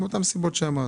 בשל אותן סיבות שאמרתי.